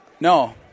no